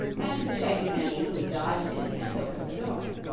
and the shaggy man easily dodged it and opened the door.